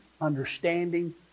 understanding